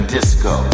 Disco